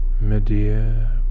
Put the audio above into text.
Medea